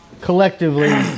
collectively